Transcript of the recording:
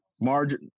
Margin